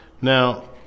Now